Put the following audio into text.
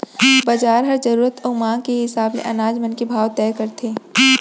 बजार ह जरूरत अउ मांग के हिसाब ले अनाज मन के भाव तय करथे